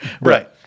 Right